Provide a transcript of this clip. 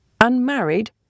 unmarried